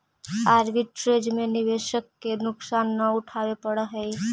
arbitrage में निवेशक के नुकसान न उठावे पड़ऽ है